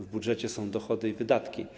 W budżecie są dochody i wydatki.